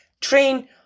train